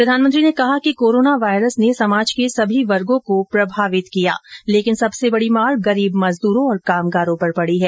प्रधानमंत्री ने कहा कि कोरोना वायरस ने समाज के सभी वर्गो को प्रभावित किया लेकिन सबसे बड़ी मार गरीब मजद्रों और कामगारों पर पड़ी है